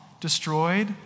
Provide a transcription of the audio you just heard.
destroyed